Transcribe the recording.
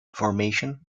formation